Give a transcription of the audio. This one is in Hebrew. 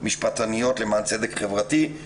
משפטניות למען צדק חברתי נמצא אצל כולם.